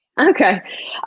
Okay